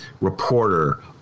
reporter